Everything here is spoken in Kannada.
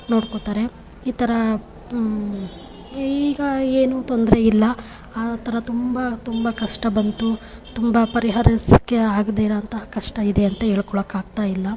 ನೋಡ್ಕೊತಾರೆ ಈ ಥರ ಈಗ ಏನು ತೊಂದರೆ ಇಲ್ಲ ಆ ಥರ ತುಂಬ ತುಂಬ ಕಷ್ಟ ಬಂತು ತುಂಬ ಪರಿಹಾರ ಸಿಕ್ಕಿ ಆಗದೇ ಇರೋ ಅಂಥ ಕಷ್ಟ ಇದೆ ಅಂತ ಹೇಳ್ಕೊಳೋಕ್ಕಾಗ್ತಾಯಿಲ್ಲ